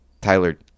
Tyler